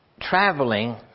traveling